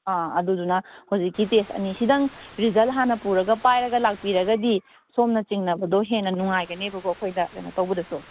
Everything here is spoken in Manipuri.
ꯑꯥ ꯑꯗꯨꯗꯨꯅ ꯍꯧꯖꯤꯛꯀꯤ ꯇꯦꯁ ꯑꯅꯤꯁꯤꯗꯪ ꯔꯤꯖꯜ ꯍꯥꯟꯅ ꯄꯨꯔꯒ ꯄꯥꯏꯔꯒ ꯂꯥꯛꯄꯤꯔꯒꯗꯤ ꯁꯣꯝꯅ ꯆꯤꯡꯅꯕꯗꯣ ꯍꯦꯟꯅ ꯅꯨꯡꯉꯥꯏꯒꯅꯦꯕꯀꯣ ꯑꯩꯈꯣꯏꯗ ꯀꯩꯅꯣ ꯇꯧꯕꯗꯁꯨ